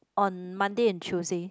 on Monday and Tuesday